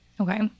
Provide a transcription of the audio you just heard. okay